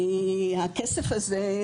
כי הכסף הזה,